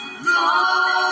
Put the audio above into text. Lord